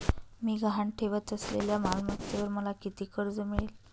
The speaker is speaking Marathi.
मी गहाण ठेवत असलेल्या मालमत्तेवर मला किती कर्ज मिळेल?